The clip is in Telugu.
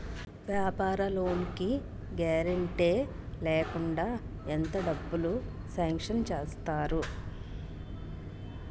వ్యాపార లోన్ కి గారంటే లేకుండా ఎంత డబ్బులు సాంక్షన్ చేస్తారు?